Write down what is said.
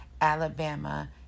Alabama